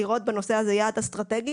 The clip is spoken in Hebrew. לראות בנושא הזה יעד אסטרטגי.